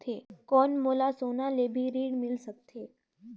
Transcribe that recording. कौन मोला सोना ले भी ऋण मिल सकथे?